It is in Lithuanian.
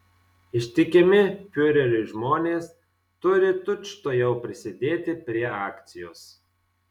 ištikimi fiureriui žmonės turi tučtuojau prisidėti prie akcijos